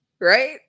right